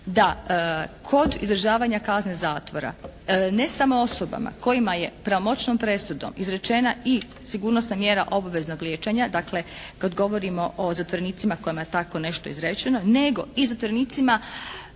da kod izdržavanja kazne zatvora ne samo osobama kojima je pravomoćnom presudom izrečena i sigurnosna mjera obaveznog liječenja, dakle kad govorimo o zatvorenicima kojima je tako nešto izrečeno nego i zatvorenicima